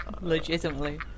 Legitimately